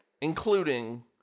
Including